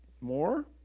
More